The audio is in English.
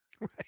Right